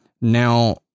Now